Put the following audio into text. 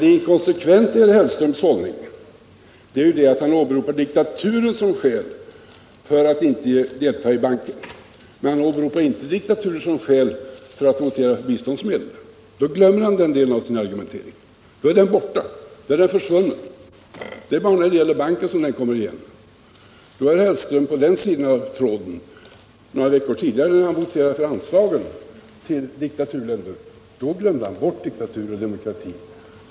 Det inkonsekventa i herr Hellströms hållning är att han åberopade diktaturer som skäl för att inte delta i banken. Men han åberopar inte diktaturer som skäl när det gäller biståndsmedel. Då glömmer han den delen av sin argumentering — då är den borta, då är den helt försvunnen. Det är bara när det gäller banken som detta skäl dyker upp. När han för några veckor sedan voterade för anslag till diktaturländer, glömde han bort att tala om diktaturländer och demokratiska länder.